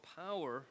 power